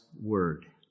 word